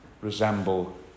resemble